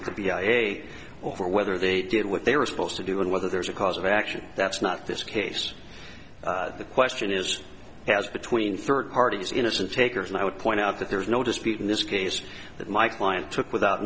with the i a e a over whether they did what they were supposed to do and whether there's a cause of action that's not this case the question is has between third parties innocent takers and i would point out that there is no dispute in this case that my client took without